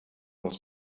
muss